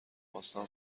باستان